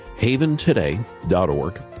HavenToday.org